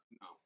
no